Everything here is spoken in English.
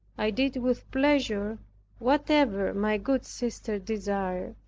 i did with pleasure whatever my good sister desired.